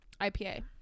IPA